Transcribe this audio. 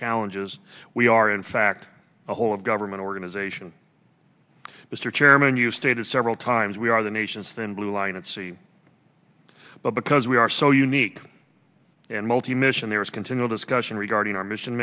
challenges we are in fact a whole of government organization mr chairman you've stated several times we are the nation's thin blue line at sea but because we are so unique and multi mission there is continual discussion regarding our mission